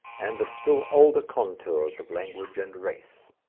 and the still older contours of language and race.